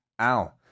Ow